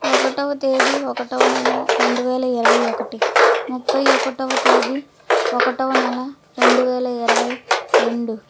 ఒకటవ తేది ఒకటవ నెల రెండు వేల ఇరవై ఒకటి ముప్పై ఒకటవ తేది ఒకటవ నెల రెండు వేల ఇరవై రెండు